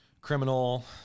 Criminal